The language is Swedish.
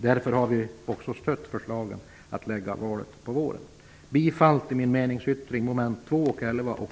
Därför har vi stött förslaget att lägga valet på våren. Jag yrkar bifall till min meningsyttring mom. 2 och